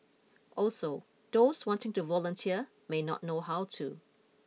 also those wanting to volunteer may not know how to